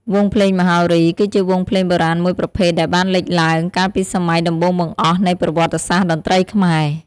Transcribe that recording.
វង់ភ្លេងមហោរី គឺជាវង់ភ្លេងបុរាណមួយប្រភេទដែលបានលេចឡើង កាលពីសម័យដំបូងបង្អស់ នៃប្រវត្តិសាស្ត្រតន្ត្រីខ្មែរ។